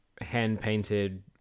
hand-painted